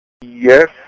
Yes